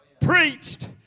preached